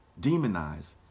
demonize